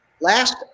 last